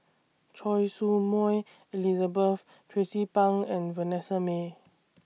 Choy Su Moi Elizabeth Tracie Pang and Vanessa Mae